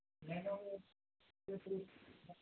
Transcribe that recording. मैं ना वह